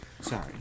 Sorry